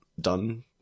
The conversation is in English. done